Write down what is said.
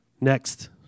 Next